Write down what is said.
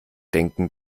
denken